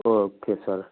okay sir